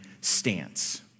stance